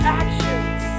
actions